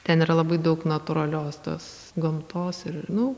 ten yra labai daug natūralios tos gamtos ir nu